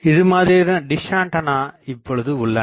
இதுமாதிரியான dish antenna இப்பொழுது உள்ளன